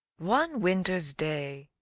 one winter's day,